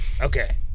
Okay